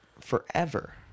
forever